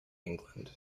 england